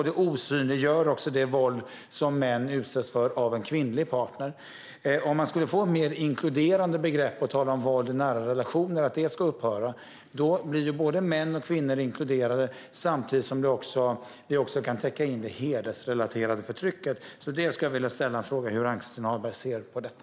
Det osynliggör också det våld som män utsätts för av en kvinnlig partner. Om man skulle få ett mer inkluderande begrepp och tala om att våld i nära relationer ska upphöra, då inkluderas både män och kvinnor samtidigt som det också kan täcka in det hedersrelaterade förtrycket. Jag vill fråga hur Ann-Christin Ahlberg ser på detta.